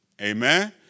Amen